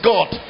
God